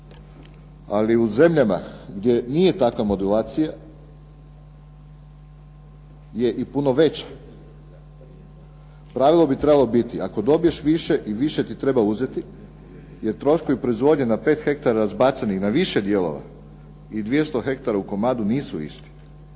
Ali u zemljama gdje nije takva modulacija je i puno veća. Pravilo bi trebalo biti, ako dobiješ više i više ti treba uzeti, jer troškovi proizvodnje na 5 hektara razbacani na više dijelova i 200 hektara u komadu nisu isto.